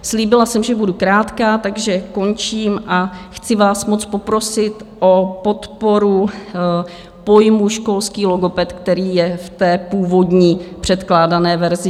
Slíbila jsem, že budu krátká, takže končím, a chci vás moc poprosit o podporu pojmu školský logoped, který je v původní předkládané verzi.